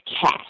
cash